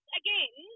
again